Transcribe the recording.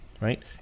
Right